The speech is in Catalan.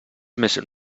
més